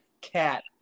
cat